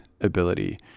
ability